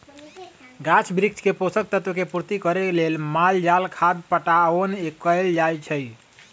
गाछ वृक्ष के पोषक तत्व के पूर्ति करे लेल माल जाल खाद पटाओन कएल जाए छै